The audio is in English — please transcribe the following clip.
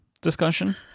discussion